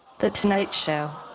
the tonight show.